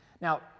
Now